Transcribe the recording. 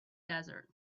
desert